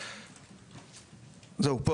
פה,